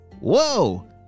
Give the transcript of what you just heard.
Whoa